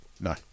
no